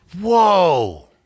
Whoa